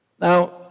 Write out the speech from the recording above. Now